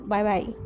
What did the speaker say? Bye-bye